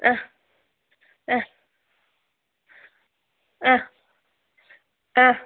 ആ ആ ആ ആ